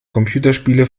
computerspiele